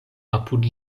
apud